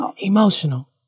Emotional